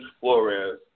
Flores